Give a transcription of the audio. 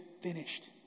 finished